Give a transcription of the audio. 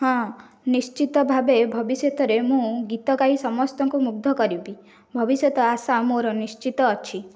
ହଁ ନିଶ୍ଚିତ ଭାବେ ଭବିଷ୍ୟତରେ ମୁଁ ଗୀତ ଗାଇ ସମସ୍ତଙ୍କୁ ମୁଗ୍ଧ କରିବି ଭବିଷ୍ୟତ ଆଶା ମୋର ନିଶ୍ଚିତ ଅଛି